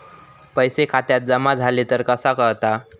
पैसे खात्यात जमा झाले तर कसा कळता?